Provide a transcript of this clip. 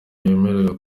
yemererwa